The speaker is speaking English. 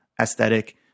aesthetic